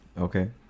Okay